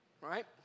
right